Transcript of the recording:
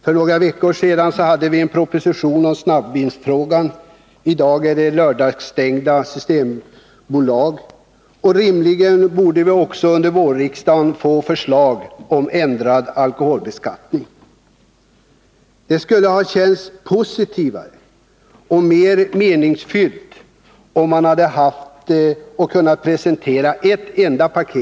För några veckor sedan hade vi en proposition i snabbvinsfrågan, i dag är det lördagsstängda systembutiker, och rimligen borde vi också under vårriksdagen få förslag om ändrad alkoholbeskattning. Det skulle ha känts positivare och mer meningsfullt om allt hade presenterats i ett enda paket.